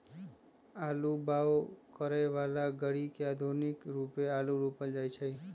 आलू बाओ करय बला ग़रि से आधुनिक रुपे आलू रोपल जाइ छै